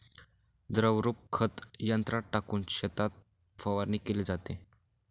द्रवरूप खत यंत्रात टाकून शेतात फवारणी केली जाते